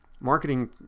marketing